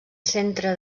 centre